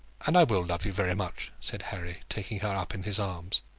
and i will love you very much, said harry, taking her up in his arms.